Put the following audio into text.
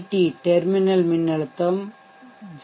D terminal மின்னழுத்தம் 0